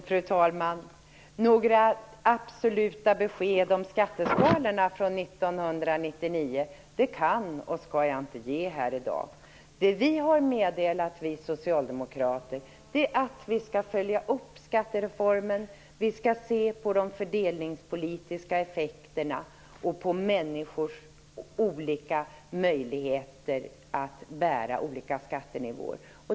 Fru talman! Några absoluta besked om skatteskalorna från 1999 kan och skall jag inte ge här i dag. Det vi socialdemokrater har meddelat är att vi skall följa upp skattereformen och se på de fördelningspolitiska effekterna och människors olika möjligheter att bära olika skattenivåer.